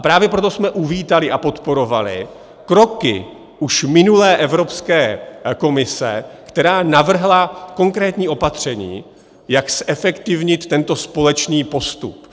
Právě proto jsme uvítali a podporovali kroky už minulé Evropské komise, která navrhla konkrétní opatření, jak zefektivnit tento společný postup.